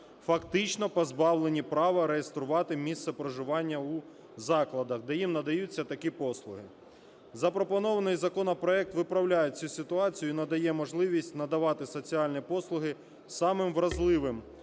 фактично позбавлені права реєструвати місце проживання у закладах, де їм надаються такі послуги. Запропонований законопроект виправляє цю ситуацію і надає можливість надавати соціальні послуги самим вразливим